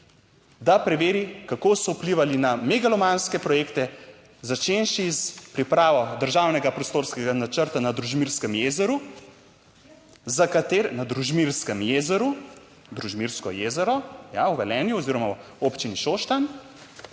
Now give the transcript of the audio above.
da preveri, kako so vplivali na megalomanske projekte, začenši s pripravo državnega prostorskega načrta na Družmirskem jezeru, za katere …/ oglašanje iz dvorane/ Na Družmirskem jezeru. Družmirsko jezero, ja, v Velenju oziroma v občini Šoštanj.